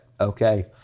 okay